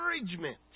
encouragement